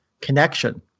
connection